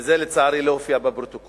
וזה, לצערי, לא הופיע בפרוטוקול.